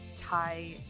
Thai